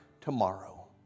tomorrow